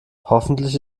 hoffentlich